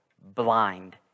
blind